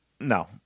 no